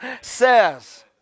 says